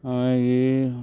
मागीर